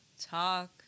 talk